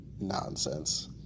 nonsense